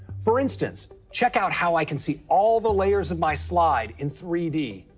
for instance, check out how i can see all the layers of my slide in three d.